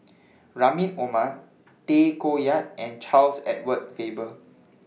Rahim Omar Tay Koh Yat and Charles Edward Faber